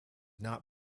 not